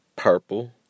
Purple